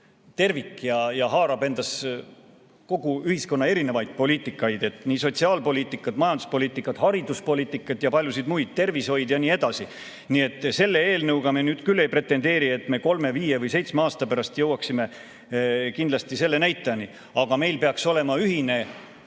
tervik ja haarab endasse kogu ühiskonna erinevaid poliitikaid, nii sotsiaalpoliitikat, majanduspoliitikat, hariduspoliitikat, tervishoidu ja palju muud. Nii et selle eelnõuga me nüüd küll ei pretendeeri, et me kolme, viie või seitsme aasta pärast jõuaksime kindlasti selle näitajani. Aga see peaks meil olema ühine